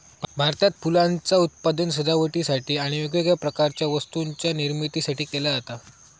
भारतात फुलांचा उत्पादन सजावटीसाठी आणि वेगवेगळ्या प्रकारच्या वस्तूंच्या निर्मितीसाठी केला जाता